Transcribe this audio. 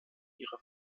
ihre